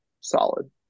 solid